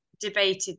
debated